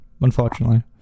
unfortunately